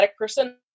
person